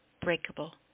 breakable